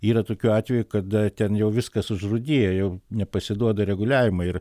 yra tokių atvejų kada ten jau viskas užrūdiję jau nepasiduoda reguliavimui ir